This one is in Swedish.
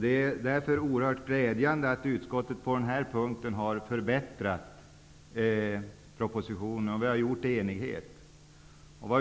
Det är därför oerhört glädjande att utskottet, i enhällighet, på den här punkten har förbättrat förslaget i propositionen.